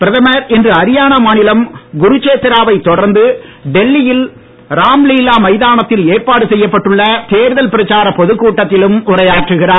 பிரதமர் இன்று அரியானா மாநிலம் குருசேத்திராவை தொடர்ந்து டெல்லியில் ராம்லீலா மைதானத்தில் ஏற்பாடு செய்யப்பட்டுள்ள தேர்தல் பிரச்சார பொதுக்கூட்டத்திலும் உரையாற்றுகிறார்